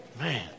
man